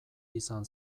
izan